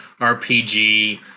RPG